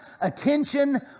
attention